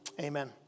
amen